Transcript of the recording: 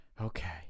Okay